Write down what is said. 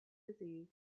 disease